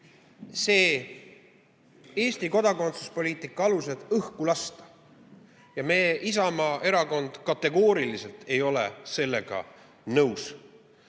Eesti kodakondsuspoliitika alused õhku lasta. Isamaa Erakond kategooriliselt ei ole sellega nõus.